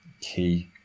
key